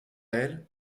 elle